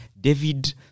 David